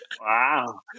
Wow